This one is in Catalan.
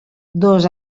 dos